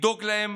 לדאוג להם